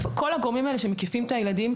איפה כל הגורמים האלה שמקיפים את הילדים?